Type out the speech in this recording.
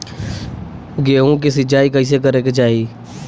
गेहूँ के सिंचाई कइसे करे के चाही?